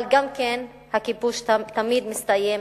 אבל הכיבוש תמיד מסתיים,